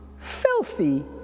Filthy